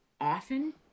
often